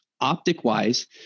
optic-wise